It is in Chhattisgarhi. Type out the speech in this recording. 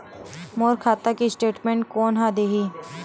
मोर खाता के स्टेटमेंट कोन ह देही?